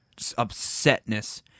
upsetness